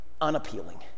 unappealing